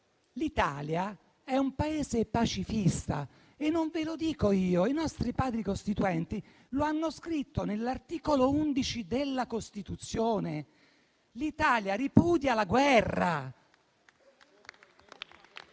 L'Italia è un Paese pacifista e non ve lo dico io; i nostri Padri costituenti lo hanno scritto nell'articolo 11 della Costituzione: l'Italia ripudia la guerra